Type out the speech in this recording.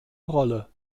rolle